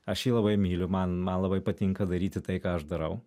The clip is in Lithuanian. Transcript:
aš jį labai myliu man man labai patinka daryti tai ką aš darau